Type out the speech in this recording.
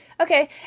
Okay